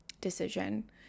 decision